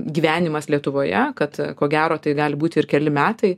gyvenimas lietuvoje kad ko gero tai gali būti ir keli metai